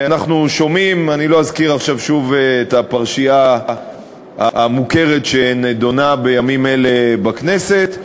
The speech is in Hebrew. אני לא אזכיר עכשיו שוב את הפרשייה המוכרת שנדונה בימים אלה בכנסת,